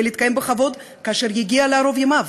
להתקיים בכבוד כאשר יגיע לערוב ימיו.